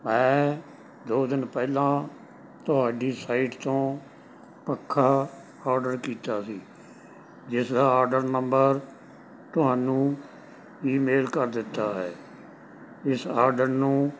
ਮੈਂ ਦੋ ਦਿਨ ਪਹਿਲਾਂ ਤੁਹਾਡੀ ਸਾਈਟ ਤੋਂ ਪੱਖਾ ਆਰਡਰ ਕੀਤਾ ਸੀ ਜਿਸ ਦਾ ਆਰਡਰ ਨੰਬਰ ਤੁਹਾਨੂੰ ਈਮੇਲ ਕਰ ਦਿੱਤਾ ਹੈ ਇਸ ਆਰਡਰ ਨੂੰ